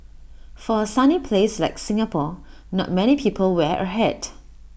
for A sunny place like Singapore not many people wear A hat